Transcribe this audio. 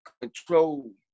control